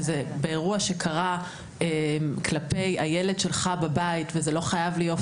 באירוע שקרה כלפי הילד שלך בבית וזה לא חייבת להיות